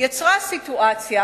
יצרה סיטואציה,